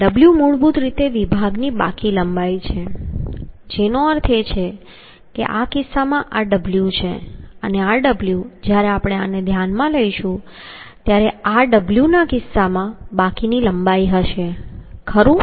w મૂળભૂત રીતે વિભાગની બાકી લંબાઈ છે જેનો અર્થ છે કે આ કિસ્સામાં આ w છે આ w જ્યારે આપણે આને ધ્યાનમાં લઈશું ત્યારે આ w આ કિસ્સામાં બાકી લંબાઈ હશે ખરું